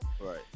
Right